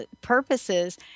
purposes